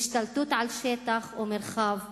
השתלטות על שטח או מרחב כבוש.